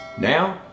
Now